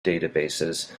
databases